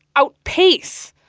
outpace,